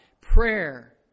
prayer